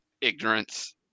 ignorance